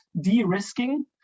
de-risking